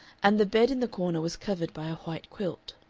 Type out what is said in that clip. and the bed in the corner was covered by a white quilt.